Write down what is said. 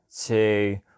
two